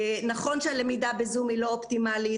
נכון שהלמידה בזום היא לא אופטימלית,